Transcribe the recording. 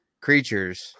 creatures